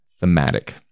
thematic